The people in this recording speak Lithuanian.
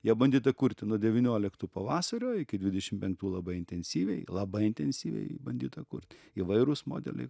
ją bandyta kurti nuo devynioliktų pavasario iki dvidešim penktų labai intensyviai labai intensyviai bandyta kurt įvairūs modeliai